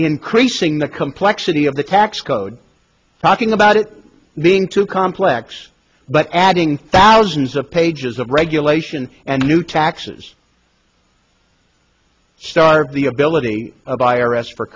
increasing the complexity of the tax code talking about it being too complex but adding thousands of pages of regulation and new taxes starve the ability of i r s for